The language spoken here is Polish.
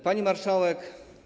Pani Marszałek!